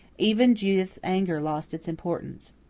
even judith's anger lost its importance.